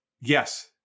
yes